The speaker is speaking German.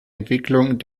entwicklung